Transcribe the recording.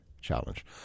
Challenge